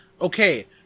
okay